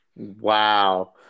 wow